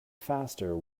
faster